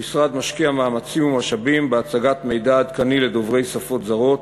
המשרד משקיע מאמצים ומשאבים בהצגת מידע עדכני לדוברי שפות זרות,